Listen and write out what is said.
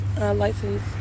License